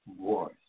voice